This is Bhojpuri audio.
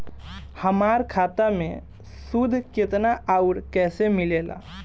हमार खाता मे सूद केतना आउर कैसे मिलेला?